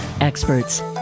experts